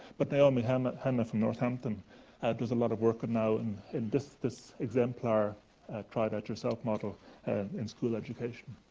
but naomi hennah hennah from northampton does a lot of work and now and in this this exemplar try-it-out-yourself model and in school education.